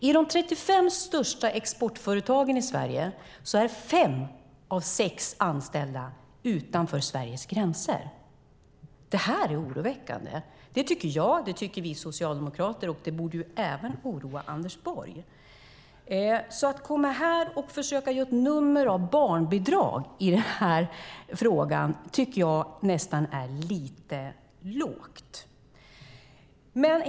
I de 35 största exportföretagen i Sverige finns fem av sex anställda utanför Sveriges gränser. Det är oroväckande. Det tycker jag. Det tycker vi socialdemokrater. Det borde även oroa Anders Borg. Att komma här och försöka göra ett nummer av barnbidrag i den här frågan tycker jag nästan är lite lågt.